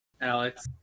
Alex